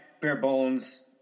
bare-bones